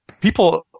People